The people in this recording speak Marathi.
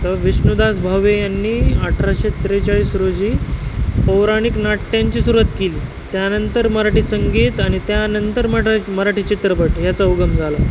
तर विष्णुदास भावे यांनी अठराशे त्रेचाळीस रोजी पौराणिक नाट्यांची सुरुवात केली त्यानंतर मराठी संगीत आणि त्यानंतर मराठी मराठी चित्रपट याचा उगम झाला